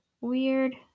weird